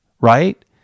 right